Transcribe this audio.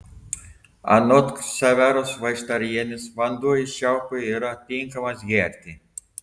anot ksaveros vaištarienės vanduo iš čiaupo yra tinkamas gerti